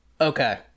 Okay